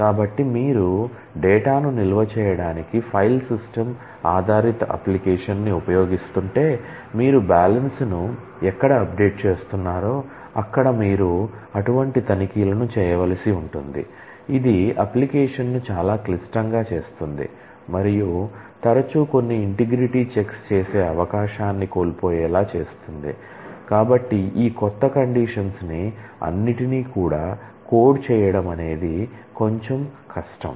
కాబట్టి మీరు డేటాను నిల్వ చేయడానికి ఫైల్ సిస్టమ్ చేయడం అనేది కొంచం కష్టం